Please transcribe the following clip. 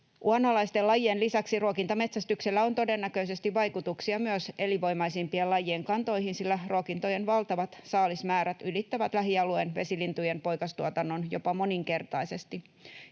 Uhanalaisten lajien lisäksi ruokintametsästyksellä on todennäköisesti vaikutuksia myös elinvoimaisempien lajien kantoihin, sillä ruokintojen valtavat saalismäärät ylittävät lähialueen vesilintujen poikastuotannon jopa moninkertaisesti.